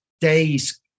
days